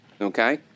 Okay